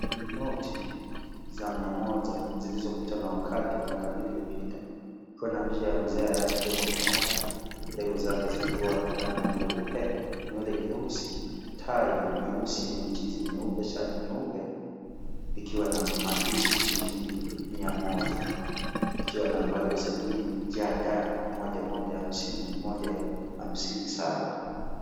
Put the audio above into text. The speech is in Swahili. Noti za mia moja zilizopitwa na wakati miaka mbili iliyopita, ikiwa na picha ya mzee hayati Jomo Kenyatta. Ndevu zake zikiwa rangi nyeupe, nywele nyeusi, tai nyeusi yenye michirizi meupe, shati nyeupe ikiwa na maandishi shilingi mia moja ikiwa na nambari ya usajili JD 11501507.